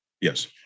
Yes